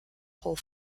whole